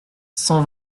cent